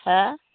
हो